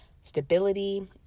stability